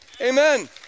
Amen